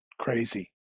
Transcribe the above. crazy